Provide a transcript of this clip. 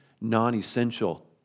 non-essential